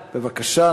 בבקשה.